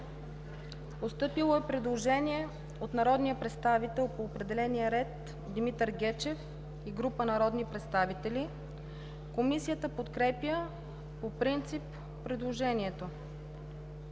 16 има предложение от народния представител Димитър Гечев и група народни представители. Комисията подкрепя по принцип предложението